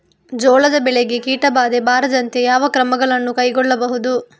ಜೋಳದ ಬೆಳೆಗೆ ಕೀಟಬಾಧೆ ಬಾರದಂತೆ ಯಾವ ಕ್ರಮಗಳನ್ನು ಕೈಗೊಳ್ಳಬಹುದು?